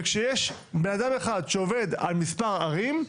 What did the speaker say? כאשר יש בן אדם אחד שעובד על מספר ערים,